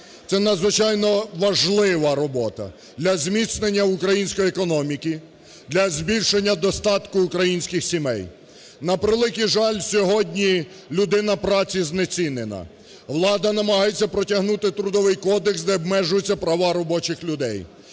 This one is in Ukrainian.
Це надзвичайно важлива робота для зміцнення української економіки, для збільшення достатку українських сімей. На превеликий жаль, сьогодні людина праці знецінена. Влада намагається протягнути Трудовий кодекс, де обмежуються права робочих людей.